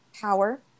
power